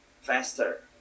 faster